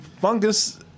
fungus